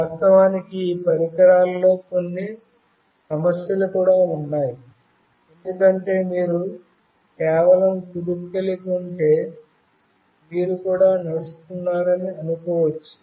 వాస్తవానికి ఈ పరికరాల్లో కొన్ని సమస్యలు కూడా ఉన్నాయి ఎందుకంటే మీరు కేవలం కుదుపు కలిగి ఉంటే మీరు కూడా నడుస్తున్నారని అనుకోవచ్చు